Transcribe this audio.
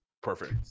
perfect